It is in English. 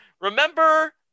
Remember